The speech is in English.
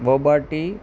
boba tea